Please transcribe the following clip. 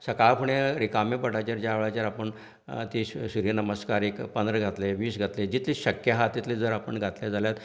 सकांळ फुडें रिकाम्या पोटाचेर ज्या वेळाचेर आपूण ती सुर्य नमस्कार एक पंदरा घातलें वीस घातले जितले शक्य आसा तितले जर आपूण घातले जाल्यार